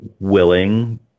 willing